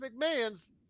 McMahon's